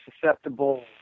susceptible